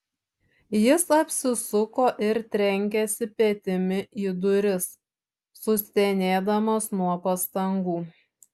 jis apsisuko ir trenkėsi petimi į duris sustenėdamas nuo pastangų